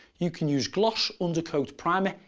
you can use gloss, undercoat, primer,